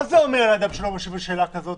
מה זה אומר על אדם שלא משיב על שאלה כזאת?